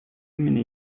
имени